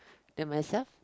then myself